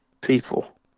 people